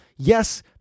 Yes